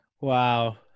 Wow